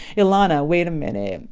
ilana, wait a minute.